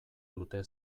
dute